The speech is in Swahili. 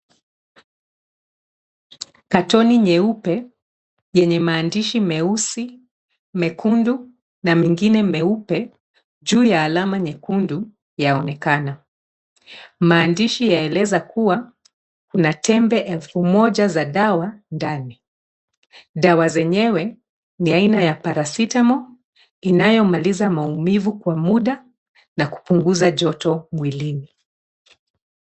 Kartoni nyeupe yenye maandishi meusi, mekundu na mengine meupe, juu ya alama nyekundu yaonekana. Maandishi yaeleza kuwa Kuna tembe elfu Moja za dawa ndani .Dawa zenyewe ni aina ya paracetamol inayomaliza maumivu kwa muda na kupunguza joto mwilini .